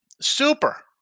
super